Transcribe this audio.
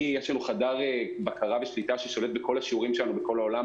יש לנו חדר בקרה ושליטה ששולט בכל השיעורים שלנו בכל העולם